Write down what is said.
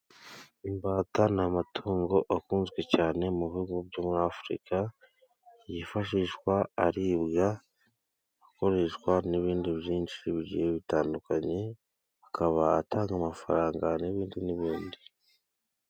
Imbata ni amatungo akunzwe cyane mu bihugu byo muri afurika. Yifashishwa aribwa, akoreshwa n'ibindi byinshi bigiye bitandukanye, akaba atanga amafaranga n'ibindi n'ibindi.